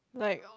like